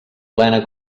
plena